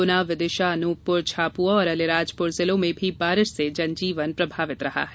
गुना विदिशा अनूपपुर झाबुआ और आलिराजपुर जिलों में भी बारिश से जनजीवन प्रभावित हुआ है